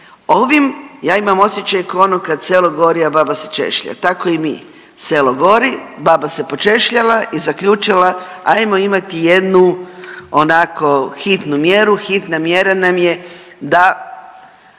Ovim ja imam osjećaj ko ono kad selo gori, a baba se češlja, tako i mi, selo gori, baba se počešljala i zaključila ajmo imati jednu onako hitnu mjeru. Hitna mjera nam je da